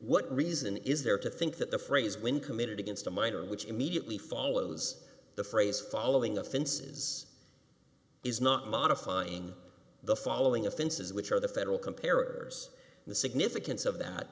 what reason is there to think that the phrase when committed against a minor which immediately follows the phrase following offenses is not modifying the following offenses which are the federal compare ors the significance of that